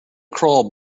crawl